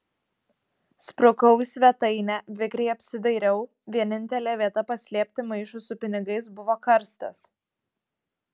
sprukau į svetainę vikriai apsidairiau vienintelė vieta paslėpti maišui su pinigais buvo karstas